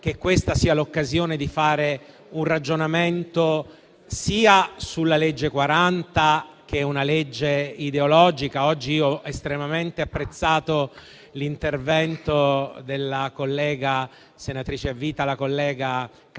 che questa sia l'occasione di fare un ragionamento sulla legge n. 40, che è una legge ideologica. Oggi ho estremamente apprezzato l'intervento della collega senatrice a vita Cattaneo,